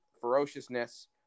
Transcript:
ferociousness